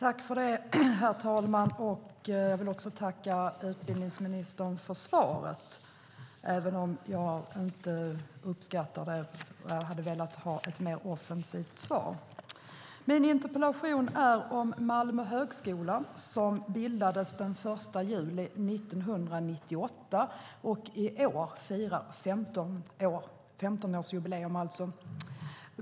Herr talman! Jag vill tacka utbildningsministern för svaret, även om jag inte uppskattade det. Jag hade velat ha ett mer offensivt svar. Min interpellation handlar om Malmö högskola, som bildades den 1 juli 1998. I år firar högskolan 15-årsjubileum.